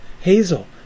Hazel